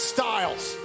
Styles